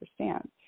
understand